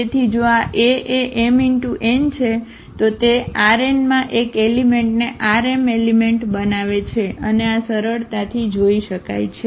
તેથી જો આ A એ m×n છે તો તે Rn માં એક એલિમેંટને Rm એલિમેંટ બનાવે છે અને આ સરળતાથી જોઈ શકાય છે